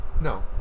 no